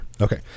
Okay